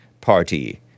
Party